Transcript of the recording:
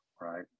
right